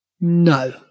No